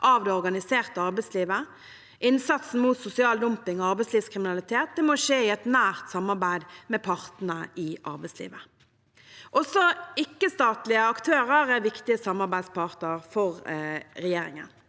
av det organiserte arbeidslivet. Innsatsen mot sosial dumping og arbeidslivskriminalitet må skje i et nært samarbeid med partene i arbeidslivet. Også ikke-statlige aktører er viktige samarbeidsparter for regjeringen.